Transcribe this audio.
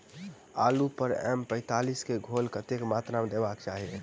आलु पर एम पैंतालीस केँ घोल कतेक मात्रा मे देबाक चाहि?